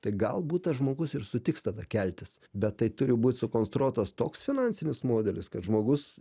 tai galbūt tas žmogus ir sutiks tada keltis bet tai turi būt sukonstruotas toks finansinis modelis kad žmogus